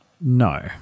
No